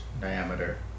diameter